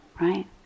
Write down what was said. right